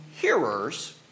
hearers